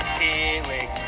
healing